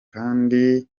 kandi